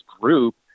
group